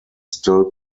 still